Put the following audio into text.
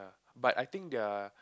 but I think their